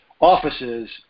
offices